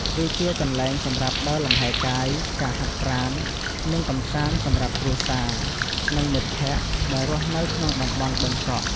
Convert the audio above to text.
វាជាកន្លែងសម្រាប់ដើរលំហែកាយ ការហាត់ប្រាណ និងកម្សាន្តសម្រាប់គ្រួសារ និងមិត្តភក្តិ ដែលរស់នៅក្នុងតំបន់បឹងកក់។